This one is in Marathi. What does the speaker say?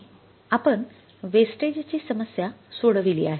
आपण वेस्टेज ची समस्या सोडविली आहे